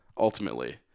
ultimately